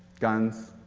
guns,